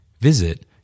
Visit